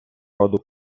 роду